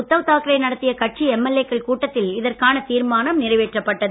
உத்தவ் தாக்கரே நடத்திய கட்சி எம்எல்ஏ க்கள் கூட்டத்தில் இதற்கான தீர்மானம் நிறைவேற்றப்பட்டது